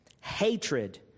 hatred